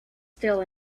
still